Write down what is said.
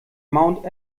mount